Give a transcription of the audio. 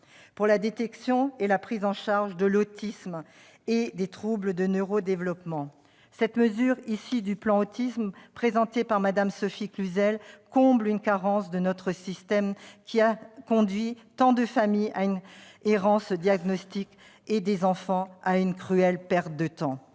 pour la détection et la prise en charge de l'autisme et des troubles du neuro-développement. Cette mesure, issue du plan Autisme présenté par Mme Sophie Cluzel, comble une carence de notre système, qui a conduit tant de familles à une errance diagnostique et des enfants à une cruelle perte de temps.